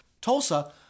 Tulsa